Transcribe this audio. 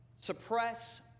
suppress